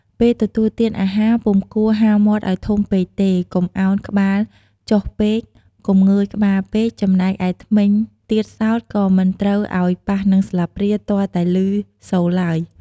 ពេលទទួលទានអាហារ ពុំគួរហាមាត់ឲ្យធំពេកទេ កុំឱនក្បាលចុះពេក កុំងើយក្បាលពេក ចំណែកឯធ្មេញទៀតសោតក៏មិនត្រូវឲ្យប៉ះនឹងស្លាបព្រាទាល់តែឮសូរឡើយ។